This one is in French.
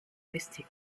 resté